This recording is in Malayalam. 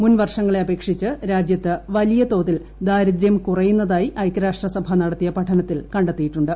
മുൻ വർഷങ്ങളെ അപേക്ഷിച്ച് രാജ്യത്ത് വലിയ തോതിൽ ദാരിദ്ര്യം കുറയുന്നതായി ഐക്യരാഷ്ട്ര സഭ നടത്തിയ പഠനത്തിൽ കണ്ടെത്തിയിട്ടുണ്ട്